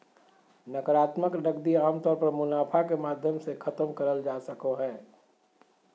नाकरात्मक नकदी आमतौर पर मुनाफा के माध्यम से खतम करल जा सको हय